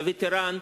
וטרן,